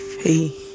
hey